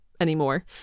anymore